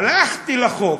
הלכתי לחוק,